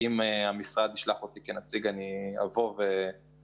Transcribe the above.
אם המשרד ישלח אותי כנציג אז אבוא בשמחה.